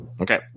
Okay